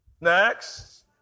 Next